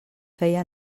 feia